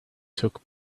took